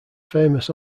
famous